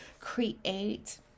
create